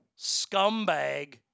scumbag